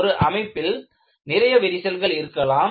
ஒரு அமைப்பில் நிறைய விரிசல்கள் இருக்கலாம்